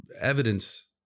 evidence